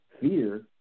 fear